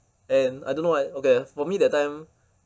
and I don't know what okay for me that time